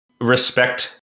respect